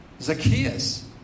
Zacchaeus